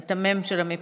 אתה המ"ם של מפ"י.